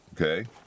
Okay